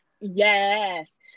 yes